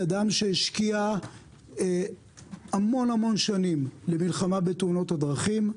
אדם שהשקיע המון-המון שנים במלחמה בתאונות הדרכים.